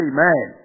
Amen